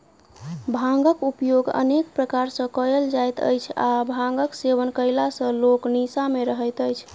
भांगक उपयोग अनेक प्रकार सॅ कयल जाइत अछि आ भांगक सेवन कयला सॅ लोक निसा मे रहैत अछि